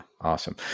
awesome